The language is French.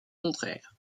contraire